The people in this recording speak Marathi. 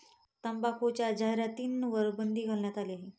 तंबाखूच्या जाहिरातींवर बंदी घालण्यात आली आहे